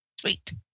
Sweet